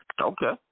Okay